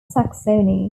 saxony